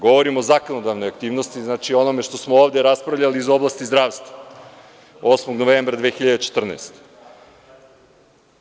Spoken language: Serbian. Govorim o zakonodavnoj aktivnosti, znači, o onome što smo ovde raspravljali iz oblasti zdravstva 8. novembra 2014. godine.